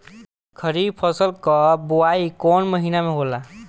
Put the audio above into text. खरीफ फसल क बुवाई कौन महीना में होला?